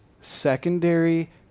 secondary